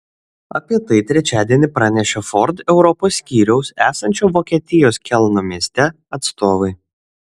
apie tai trečiadienį pranešė ford europos skyriaus esančio vokietijos kelno mieste atstovai